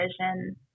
vision